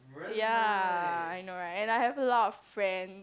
ya I know right and I have a lot of friend